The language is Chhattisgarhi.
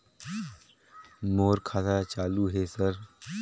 मोर खाता चालु हे सर?